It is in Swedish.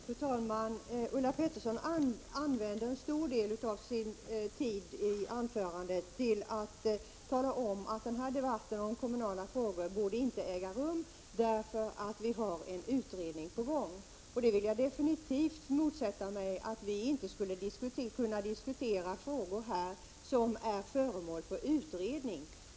Fru talman! Ulla Pettersson använder en stor del av sitt anförande till att tala om att debatten om kommunala frågor inte borde äga rum därför att vi har en utredning på gång. Jag vill definitivt motsätta mig att vi inte skulle kunna diskutera frågor som är föremål för utredning.